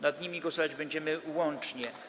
Nad nimi głosować będziemy łącznie.